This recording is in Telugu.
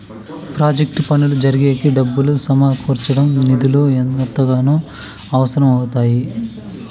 ప్రాజెక్టు పనులు జరిగేకి డబ్బులు సమకూర్చడం నిధులు ఎంతగానో అవసరం అవుతాయి